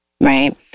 right